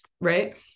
right